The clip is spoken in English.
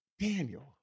Daniel